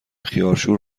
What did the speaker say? خیارشور